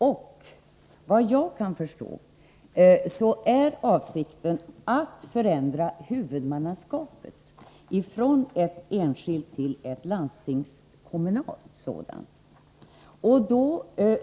Såvitt jag kan förstå är avsikten att förändra huvudmannaskapet från ett enskilt till ett landstingskommunalt sådant.